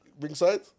ringside